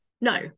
no